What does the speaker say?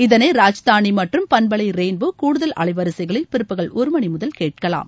இதனை ராஜதானி மற்றும் பண்பலை ரெயின்போ கூடுதல் அலைவரிசைகளில் பிற்பகல் ஒரு மணி முதல் கேட்கலாம்